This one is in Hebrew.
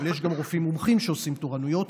אבל יש גם רופאים מומחים שעושים תורנויות,